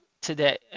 today